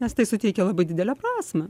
nes tai suteikia labai didelę prasmę